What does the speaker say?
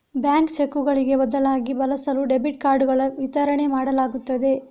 bank ಚೆಕ್ಕುಗಳಿಗೆ ಬದಲಿಯಾಗಿ ಬಳಸಲು ಡೆಬಿಟ್ ಕಾರ್ಡುಗಳ ವಿತರಣೆ ಮಾಡಲಾಗುತ್ತದೆ